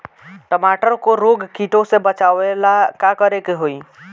टमाटर को रोग कीटो से बचावेला का करेके होई?